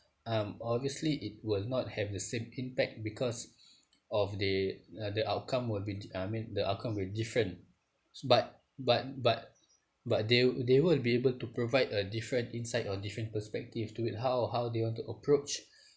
um obviously it will not have the same impact because of the uh the outcome would be I mean the outcome will different but but but but they they will be able to provide a different insight or different perspective to with it how how do you want to approach